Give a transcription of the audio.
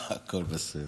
הכול בסדר.